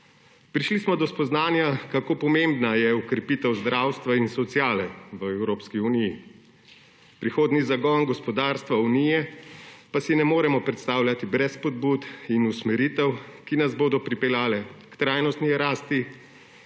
Prišli smo do spoznanja, kako pomembna je okrepitev zdravstva in sociale v Evropski uniji. Prihodnjega zagona gospodarstva Unije pa si ne morem predstavljati brez spodbud in usmeritev, ki nas bodo pripeljale k trajnostni rasti